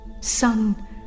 son